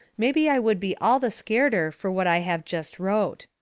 mebby i would be all the scareder fur what i have jest wrote.